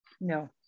No